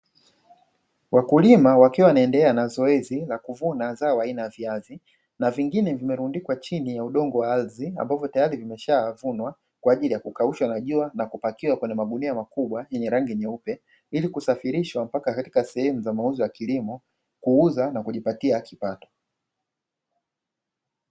Wakulima wakiwa wanaendelea na zoezi la kuvuna zao aina ya viazi na vingine vimerundikwa chini ya udongo wa ardhi ambapo tayari vimeshavunwa kwa ajili ya kukaushwa na jua na kupakiwa kwenye magunia makubwa yenye rangi nyeupe, ili kusafirishwa mpaka katika sehemu za mauzo ya kilimo kuuza na kujipatia kipato.